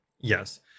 Yes